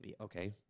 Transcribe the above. okay